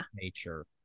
nature